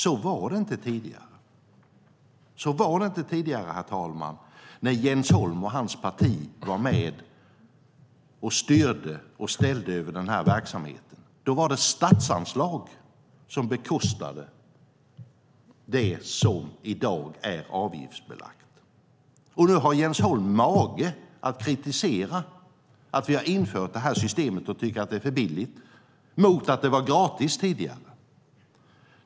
Så var det inte tidigare, herr talman, när Jens Holm och hans parti var med och styrde och ställde över den här verksamheten. Då var det statsanslag som bekostade det som i dag är avgiftsbelagt. Och nu har Jens Holm mage att kritisera att vi har infört det här systemet och tycka att det är för billigt, mot att det var gratis tidigare.